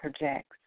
projects